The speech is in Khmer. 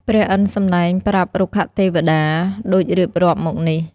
ព្រះឥន្ធសម្ដែងប្រាប់រុក្ខទេវតា ដូចរៀបរាប់មកនេះ។